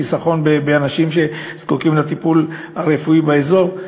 חיסכון באנשים שזקוקים לטיפול הרפואי באזור.